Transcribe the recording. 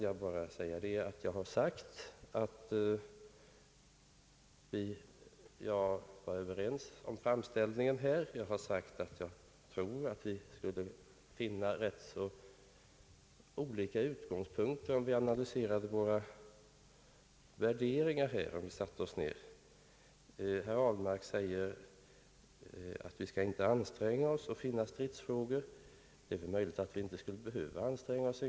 Jag har, herr Ablmark, sagt att han och jag var överens om vår framställning här, men att vi nog skulle finna ganska olika utgångspunkter, om vi satte oss ned och analyserade våra värderingar. Herr Ahlmark säger att vi inte skall anstränga oss att finna stridsfrågor. Det är möjligt att vi inte ens en gång behövde anstränga oss.